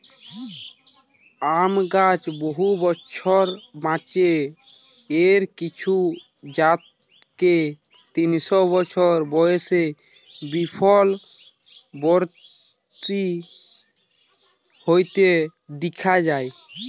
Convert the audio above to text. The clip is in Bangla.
আম গাছ বহু বছর বাঁচে, এর কিছু জাতকে তিনশ বছর বয়সে বি ফলবতী হইতে দিখা যায়